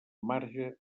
marge